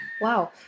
Wow